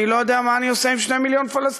אני לא יודע מה אני עושה עם שני מיליון פלסטינים.